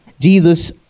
Jesus